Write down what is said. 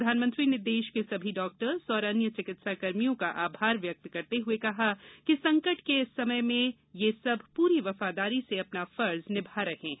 प्रधानमंत्री ने देश के सभी डॉक्टरों और अन्य चिकित्साकर्मियों का आभार व्यक्त करते हुए कहा कि संकट के इस समय में ये सब पूरी वफादारी से अपना फर्ज निभा रहे हैं